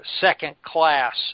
second-class